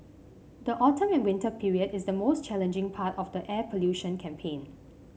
the autumn and winter period is the most challenging part of the air pollution campaign